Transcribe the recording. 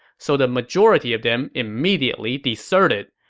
so the majority of them immediately deserted.